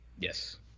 yes